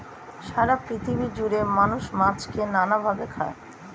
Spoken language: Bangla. সারা পৃথিবী জুড়ে মানুষ মাছকে নানা ভাবে খায়